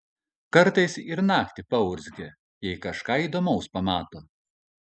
kartais ir naktį paurzgia jei kažką įdomaus pamato